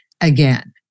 again